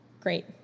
great